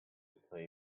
play